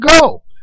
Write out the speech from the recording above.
go